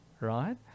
right